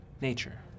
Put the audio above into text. nature